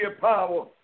power